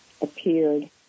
appeared